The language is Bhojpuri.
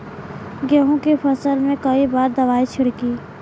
गेहूँ के फसल मे कई बार दवाई छिड़की?